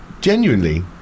genuinely